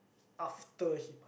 after he